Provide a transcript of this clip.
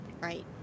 right